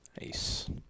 Nice